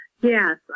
yes